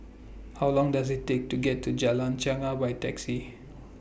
How Long Does IT Take to get to Jalan Chegar By Taxi